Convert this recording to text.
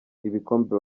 ibikombe